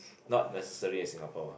not necessary in Singapore ah